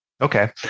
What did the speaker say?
Okay